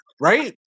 right